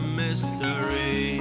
mystery